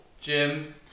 Jim